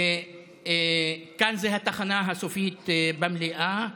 וכאן זו התחנה הסופית, במליאה,